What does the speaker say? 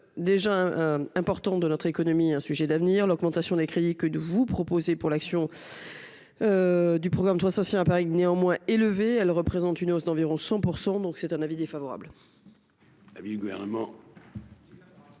déjà un important de notre économie, un sujet d'avenir, l'augmentation des crédits que de vous proposer pour l'action du programme, sortir à Paris néanmoins élevée, elle représente une hausse d'environ 100 pour 100, donc c'est un avis défavorable.